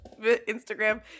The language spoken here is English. Instagram